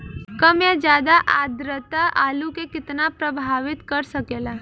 कम या ज्यादा आद्रता आलू के कितना प्रभावित कर सकेला?